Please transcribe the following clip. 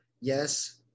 yes